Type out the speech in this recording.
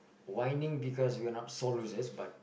whining because we are not sore losers but